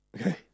Okay